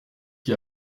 qui